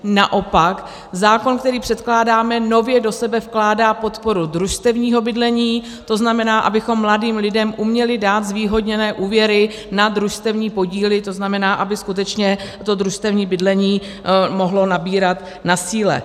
Naopak zákon, který předkládáme, nově do sebe vkládá podporu družstevního bydlení, tzn. abychom mladým lidem uměli dát zvýhodněné úvěry na družstevní podíly, tzn. aby skutečně to družstevní bydlení mohlo nabírat na síle.